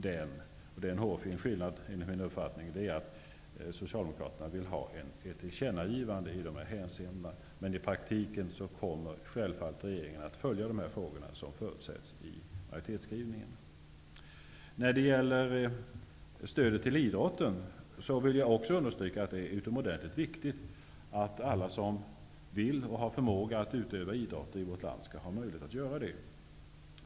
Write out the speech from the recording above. Skillnaden, vilken enligt min uppfattning är hårfin, är att Socialdemokraterna vill ha ett tillkännagivande i dessa hänseenden. Men regeringen kommer i praktiken självfallet att följa upp de frågor som förutsätts i majoritetsskrivningen. Jag vill beträffande stödet till idrotten understryka att det är utomordentligt viktigt att alla i vårt land som vill och har förmåga att utöva idrott också skall få göra det.